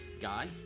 guy